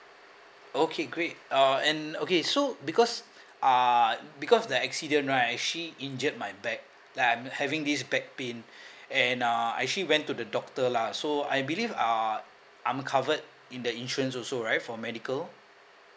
okay great uh and okay so because uh because the accident right actually injured my back like I'm having this back pain and uh I actually went to the doctor lah so I believe uh I'm covered in the insurance also right for medical